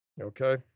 Okay